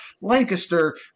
Lancaster